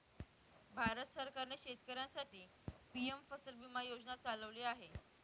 भारत सरकारने शेतकऱ्यांसाठी पी.एम फसल विमा योजना चालवली आहे